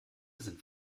sind